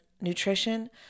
nutrition